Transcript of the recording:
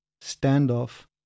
stand-off